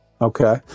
Okay